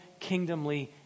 kingdomly